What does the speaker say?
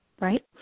right